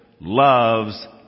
loves